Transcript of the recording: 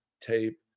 tape